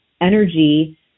energy